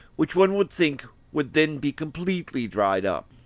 which one would think would then be completely dried up.